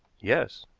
yes.